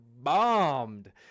bombed